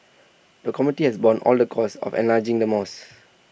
the comity has borne all the costs of enlarging the moss